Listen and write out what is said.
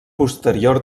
posterior